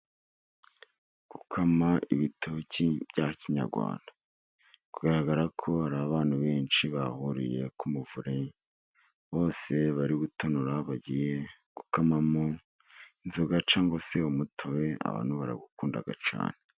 Gukama ibitoki bya kinyarwanda, biri kugaragara ko hari abantu benshi bahuriye ku muvure, bose bari gutonora bagiye gukamamo inzoga cyangwa se umutobe, abantu barawukunda cyane.